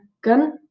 gun